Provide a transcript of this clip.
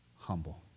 Humble